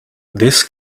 this